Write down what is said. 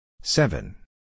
Seven